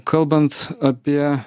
kalbant apie